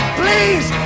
please